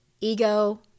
ego